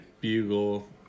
bugle